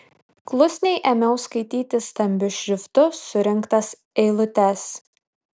klusniai ėmiau skaityti stambiu šriftu surinktas eilutes